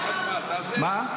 מה?